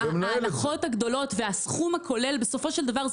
ההנחות הגדולות והסכום הכולל בסופו של דבר,